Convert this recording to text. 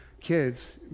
kids